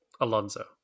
Alonso